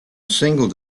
single